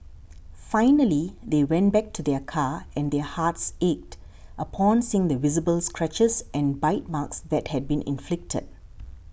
finally they went back to their car and their hearts ached upon seeing the visible scratches and bite marks that had been inflicted